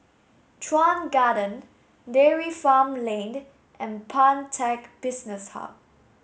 Chuan Garden Dairy Farm Lane and Pantech Business Hub